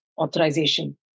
authorization